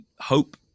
hope